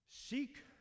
Seek